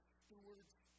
stewards